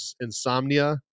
insomnia